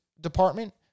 department